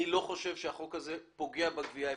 אני לא חושב שהחוק הזה פוגע בגבייה האפקטיבית.